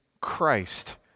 Christ